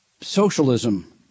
socialism